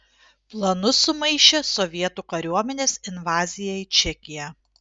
planus sumaišė sovietų kariuomenės invazija į čekiją